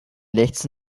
lechzte